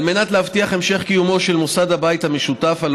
על מנת להבטיח את המשך קיומו של מוסד הבית המשותף על